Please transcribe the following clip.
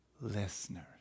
listeners